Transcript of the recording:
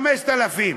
5,000,